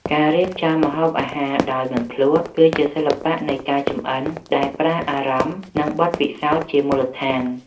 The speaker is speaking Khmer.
ការរៀបចំម្ហូបអាហារដោយមិនភ្លក្ស គឺជាសិល្បៈនៃការចម្អិនដែលប្រើអារម្មណ៍ និងបទពិសោធន៍ជាមូលដ្ឋាន។